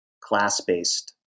class-based